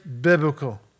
biblical